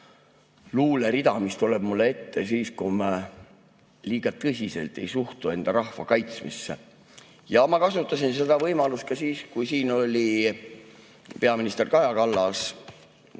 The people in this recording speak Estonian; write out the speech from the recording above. luulerida, mis tuleb mulle alati ette siis, kui me liiga tõsiselt ei suhtu enda rahva kaitsmisse. Ma kasutasin seda võimalust ka siis, kui siin oli peaminister Kaja Kallas